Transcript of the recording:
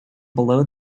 below